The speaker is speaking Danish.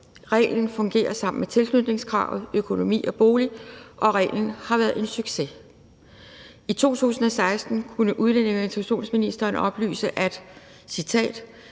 Reglen fungerer sammen med tilknytningskravet, økonomi og bolig, og reglen har været en succes. I 2016 kunne udlændinge- og integrationsministeren oplyse